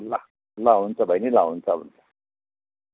ल ल हुन्छ बहिनी ल हुन्छ हुन्छ